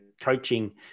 coaching